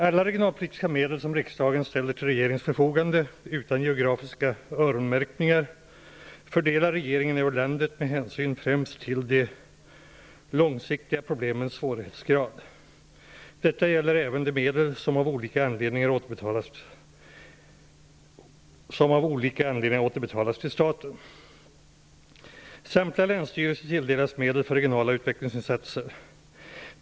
Alla regionalpolitiska medel som riksdagen ställer till regeringens förfogande utan geografiska öronmärkningar, fördelar regeringen över landet med hänsyn främst till de långsiktiga problemens svårighetsgrad. Detta gäller även de medel som av olika anledningar återbetalas till staten. Samtliga länsstyrelser tilldelas medel för regionala utvecklingsinsatser.